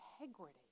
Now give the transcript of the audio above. integrity